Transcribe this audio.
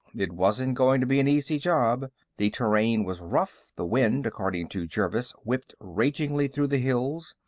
it wasn't going to be an easy job the terrain was rough, the wind, according to jervis, whipped ragingly through the hills,